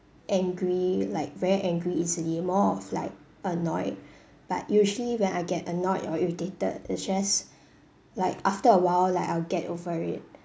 angry like very angry easily more of like annoyed but usually when I get annoyed or irritated it's just like after a while like I'll get over it